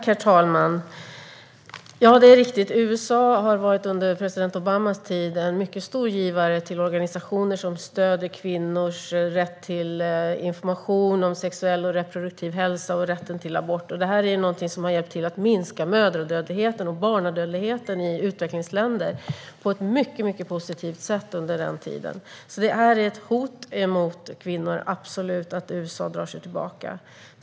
Herr talman! Det är riktigt. USA har under president Obamas tid varit en mycket stor givare till organisationer som stöder kvinnors rätt till information om sexuell och reproduktiv hälsa och rätten till abort. Detta är någonting som har hjälpt till att minska mödradödligheten och barnadödligheten i utvecklingsländer på ett mycket positivt sätt under den här tiden. Det är absolut ett hot mot kvinnor att USA drar sig tillbaka.